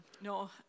No